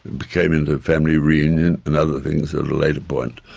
but came in to family reunion and other things at a later point.